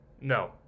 No